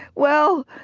well,